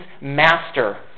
master